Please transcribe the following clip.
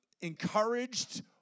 encouraged